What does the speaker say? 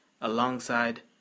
alongside